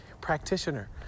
practitioner